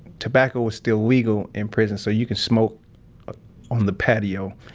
tobacco was still legal in prison, so you could smoke on the patio,